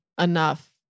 enough